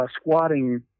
squatting